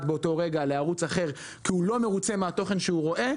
באותו רגע לערוץ אחר כי הוא לא מרוצה מהתוכן שהוא רואה,